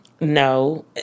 No